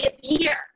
year